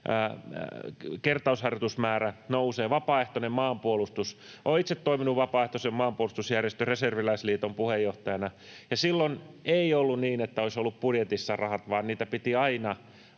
kertausharjoitusmäärä nousee, vapaaehtoinen maanpuolustus. Olen itse toiminut vapaaehtoisen maanpuolustusjärjestön, Reserviläisliiton puheenjohtajana, ja silloin ei ollut niin, että olisi ollut budjetissa rahat, vaan piti aina